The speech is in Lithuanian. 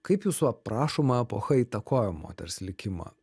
kaip jūsų aprašoma epocha įtakojo moters likimą